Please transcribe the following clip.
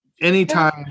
Anytime